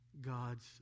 God's